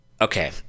okay